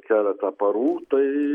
keletą parų tai